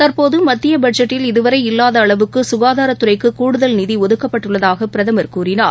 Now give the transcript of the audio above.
தற்போதுமத்தியபட்ஜெட்டில் இதுவரை இல்லாதஅளவுக்குகாதாரத்துறைக்குகூடுதல் நிதிஒதுக்கப்பட்டுள்ளதாகபிரதமர் கூறினார்